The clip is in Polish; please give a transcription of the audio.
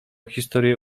historię